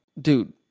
dude